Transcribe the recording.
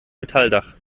metalldach